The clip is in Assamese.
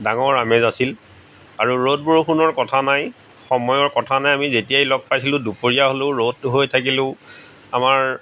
ডাঙৰ আমেজ আছিল আৰু ৰ'দ বৰষুণৰ কথা নাই সময়ৰ কথা নাই আমি যেতিয়াই লগ পাইছিলো দুপৰীয়া হ'লেও ৰ'দ হৈ থাকিলেও আমাৰ